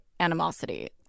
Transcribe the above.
animosity